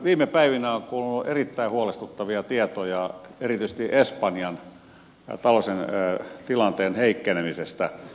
viime päivinä on kuulunut erittäin huolestuttavia tietoja erityisesti espanjan taloudellisen tilanteen heikkenemisestä